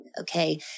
okay